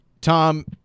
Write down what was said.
Tom